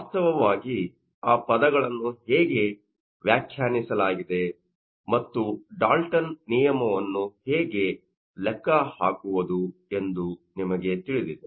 ವಾಸ್ತವವಾಗಿ ಆ ಪದಗಳನ್ನು ಹೇಗೆ ವ್ಯಾಖ್ಯಾನಿಸಲಾಗಿದೆ ಮತ್ತು ಡಾಲ್ಟನ್ ನಿಯಮವನ್ನು ಹೇಗೆ ಲೆಕ್ಕ ಹಾಕುವುದು ಎಂದು ನಿಮಗೆ ತಿಳಿದಿದೆ